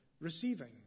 receiving